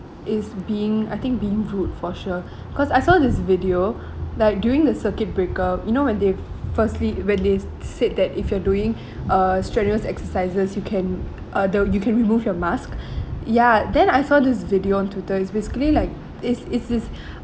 it's being I think being rude for sure cause I saw this video like during the circuit breaker you know when they firstly when they said that if you're doing a strenuous exercises you can uh the you can remove your mask ya then I saw this video on twitter is basically like is is is